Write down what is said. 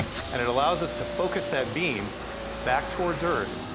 and it allows us to focus that beam back towards earth,